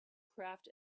craft